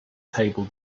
table